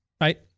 Right